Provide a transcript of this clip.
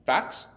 Facts